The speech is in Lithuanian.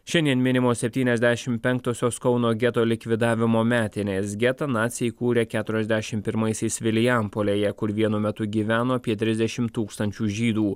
šiandien minimos septyniasdešim penktosios kauno geto likvidavimo metinės getą naciai įkūrė keturiasdešim pirmaisiais vilijampolėje kur vienu metu gyveno apie trisdešim tūkstančių žydų